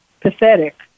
pathetic